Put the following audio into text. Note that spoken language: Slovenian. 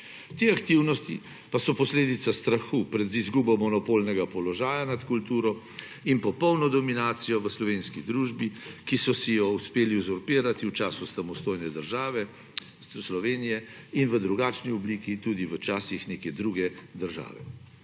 Te aktivnosti pa so posledica strahu pred izgubo monopolnega položaja nad kulturo in popolno dominacijo v slovenski družbi, ki so si jo uspeli uzurpirati v času samostojne države Slovenije in v drugačni obliki tudi v časih neke druge države.